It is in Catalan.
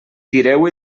tireu